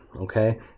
okay